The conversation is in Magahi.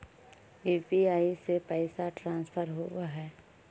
यु.पी.आई से पैसा ट्रांसफर होवहै?